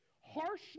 harshness